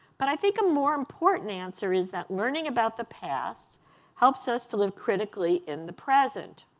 but i think a more important answer is that learning about the past helps us to live critically in the present.